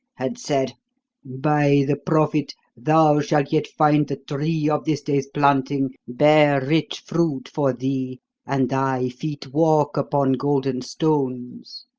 had said by the prophet, thou shalt yet find the tree of this day's planting bear rich fruit for thee and thy feet walk upon golden stones